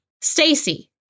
Stacy